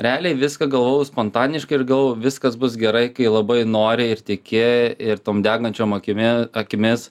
realiai viską galvojau spontaniškai ir galvojau viskas bus gerai kai labai nori ir tiki ir tom degančiom akimi akimis